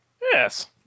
Yes